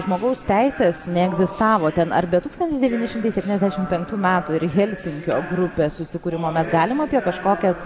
žmogaus teisės neegzistavo ten ar be tūkstantis devyni šimtai septyniasdešimt penktų metų ir helsinkio grupės susikūrimo mes galim apie kažkokias